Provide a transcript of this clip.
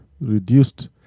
reduced